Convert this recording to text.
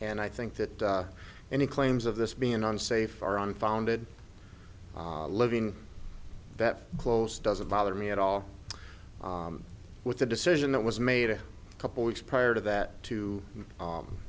and i think that any claims of this being unsafe are unfounded living that close doesn't bother me at all with the decision that was made a couple weeks prior to that to